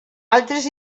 altres